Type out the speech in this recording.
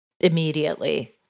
immediately